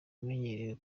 imenyerewe